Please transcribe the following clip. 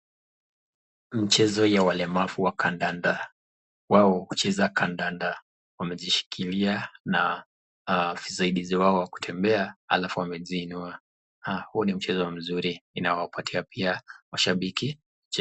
Mchezo ya walemavu wa kandanda , wao hucheza kandanda . Wamejishikilia na visaidizi wao wa kutembea , alafu wamejiinua. Huu ni mchezo mzuri inawapatia pia washabiki.